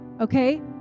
Okay